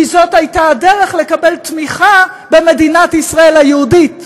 כי זאת הייתה הדרך לקבל תמיכה במדינת ישראל היהודית.